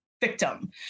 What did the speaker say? victim